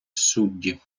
судді